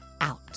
out